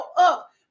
up